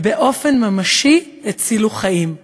ובאופן ממשי הצילו חיים.